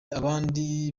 abandi